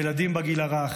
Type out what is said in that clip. ילדים בגיל הרך,